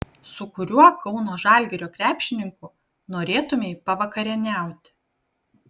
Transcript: su kuriuo kauno žalgirio krepšininku norėtumei pavakarieniauti